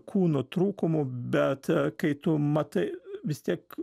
kūno trūkumų bet kai tu matai vis tiek